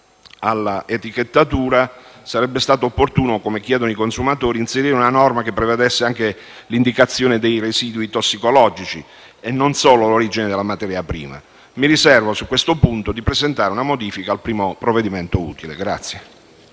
alla etichettatura, sarebbe stato opportuno, come chiedono i consumatori, inserire una norma che prevedesse anche l'indicazione dei residui tossicologici e non solo l'origine della materia prima. Mi riservo, su questo punto, di presentare una modifica nel primo provvedimento utile.